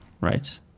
Right